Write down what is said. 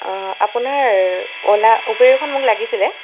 আপোনাৰ অ'লা ওবেৰখন মোক লাগিছিলে